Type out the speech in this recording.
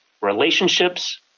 relationships